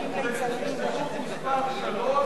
הסתייגות מס' 3,